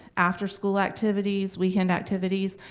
after school activities, weekend activities.